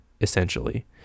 essentially